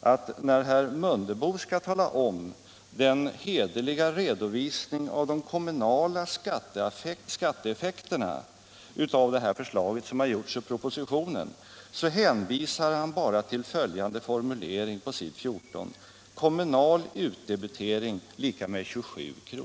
att när herr Mundebo skall tala om den hederliga redovisning av de kommunala skatteeffekterna av förslaget som har gjorts i propositionen hänvisar han bara till följande formulering på s. 14: ”Kommunal utdebitering = 27:00 kr.”.